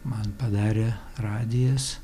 man padarė radijas